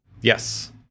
Yes